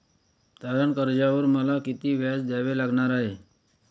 तारण कर्जावर मला किती व्याज द्यावे लागणार आहे?